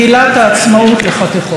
אוי.